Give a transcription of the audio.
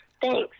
thanks